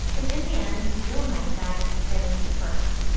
and in the end, real nice guys finish first.